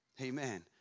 Amen